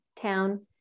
town